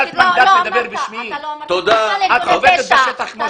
אתה לא התייחסת לארגוני הפשע.